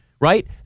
right